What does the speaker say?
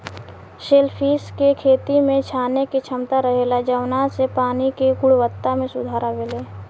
shellfish के खेती में छाने के क्षमता रहेला जवना से पानी के गुणवक्ता में सुधार अवेला